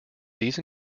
these